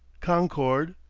concord,